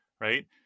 right